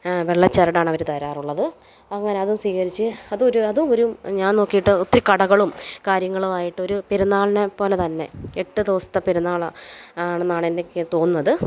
വെള്ള ചരടാണ് അവർ തരാറുള്ളത് അങ്ങനെ അതും സ്വീകരിച്ച് അതൊരു അതും ഒരു ഞാൻ നോക്കിയിട്ട് ഒത്തിരി കടകളും കാര്യങ്ങളും ആയിട്ട് ഒരു പെരുന്നാളിനെ പോലെ തന്നെ എട്ട് ദിവസത്തെ പെരുന്നാളാണ് ആണെന്നാണ് എനിക്ക് തോന്നുന്നത്